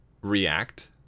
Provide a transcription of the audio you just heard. react